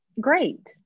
Great